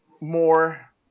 more